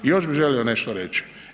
I još bi želio nešto reći.